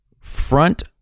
front